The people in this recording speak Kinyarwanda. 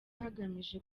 hagamijwe